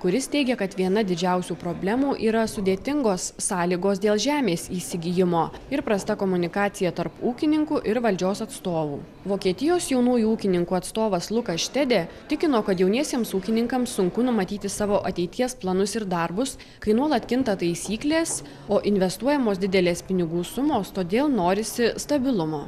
kuris teigia kad viena didžiausių problemų yra sudėtingos sąlygos dėl žemės įsigijimo ir prasta komunikacija tarp ūkininkų ir valdžios atstovų vokietijos jaunųjų ūkininkų atstovas lukas štedė tikino kad jauniesiems ūkininkams sunku numatyti savo ateities planus ir darbus kai nuolat kinta taisyklės o investuojamos didelės pinigų sumos todėl norisi stabilumo